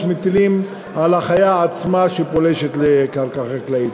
מטילים על החיה עצמה שפולשת לקרקע חקלאית.